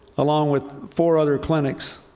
along with four other clinics,